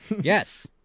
Yes